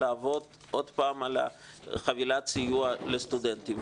לעבוד עוד פעם על חבילת הסיוע לסטודנטים.